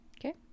okay